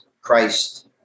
Christ